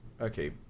okay